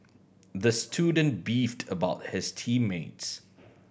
the student beefed about his team mates